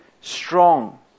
strong